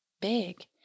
big